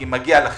כי מגיע לכם.